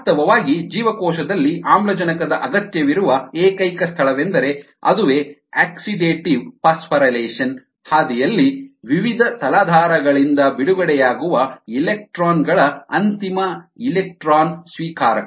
ವಾಸ್ತವವಾಗಿ ಜೀವಕೋಶದಲ್ಲಿ ಆಮ್ಲಜನಕದ ಅಗತ್ಯವಿರುವ ಏಕೈಕ ಸ್ಥಳವೆಂದರೆ ಅದುವೇ ಆಕ್ಸಿಡೇಟಿವ್ ಫಾಸ್ಫೊರಿಲೇಷನ್ ಹಾದಿಯಲ್ಲಿ ವಿವಿಧ ತಲಾಧಾರಗಳಿಂದ ಬಿಡುಗಡೆಯಾಗುವ ಎಲೆಕ್ಟ್ರಾನ್ ಗಳ ಅಂತಿಮ ಎಲೆಕ್ಟ್ರಾನ್ ಸ್ವೀಕಾರಕ